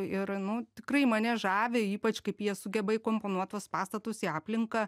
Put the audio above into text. ir nu tikrai mane žavi ypač kaip jie sugeba įkomponuot tuos pastatus į aplinką